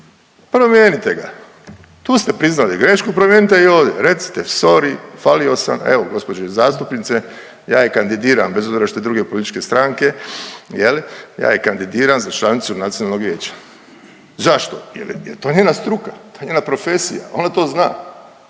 Promijenite ga. Tu ste priznali grešku, promijenite i ovdje, recite sorry, falio sam, evo, gospođo i zastupnice, ja ih kandidiram, bez obzira što je druge političke stranke, je li, ja je kandidiram za članicu Nacionalnog vijeća. Zašto? Jer je to njena struka, to je njena profesija, ona to zna.